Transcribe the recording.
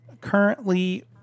currently